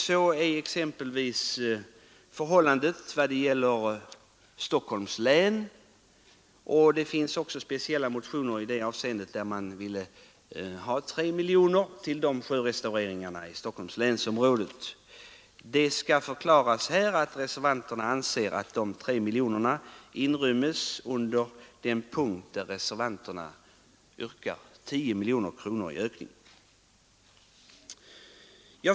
Det är exempelvis förhållandet i Stockholms län; det finns också särskilda motioner med begäran om 3 miljoner till sjörestaureringar i just detta län. Det skall här förklaras att reservanterna anser att de 3 miljonerna inryms under den punkt där reservanterna yrkar 10 miljoner kronor i ökning.